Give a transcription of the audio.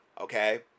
okay